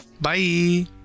bye